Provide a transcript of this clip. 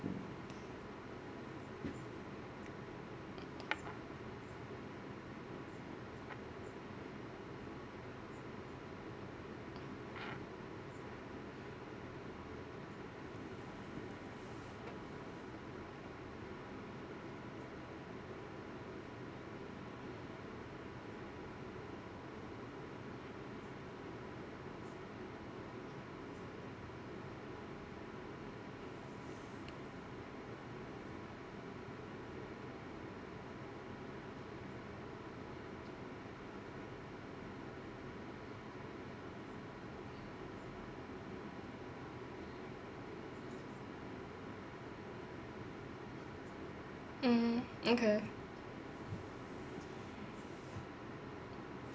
mm okay